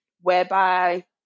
whereby